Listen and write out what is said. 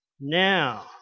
Now